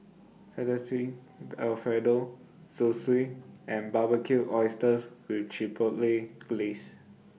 Fettuccine Alfredo Zosui and Barbecued Oysters with Chipotle Glaze